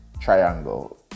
triangle